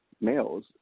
males